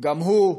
גם הוא,